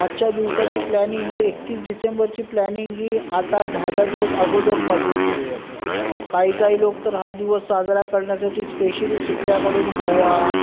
आजच्या दिवसाची प्लॅनिंग म्हणजे एकतीस डिसेंबरची प्लॅनिंग ही आठ आठ दहा दहा दिवस अगोदरपासून केली जाते काही काही लोक तर हा दिवस साजरा करण्यासाठी स्पेशली सुट्ट्याकडून गोवा